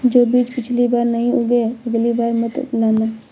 जो बीज पिछली बार नहीं उगे, अगली बार मत लाना